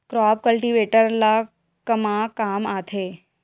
Crop cultivator ला कमा काम आथे?